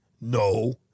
No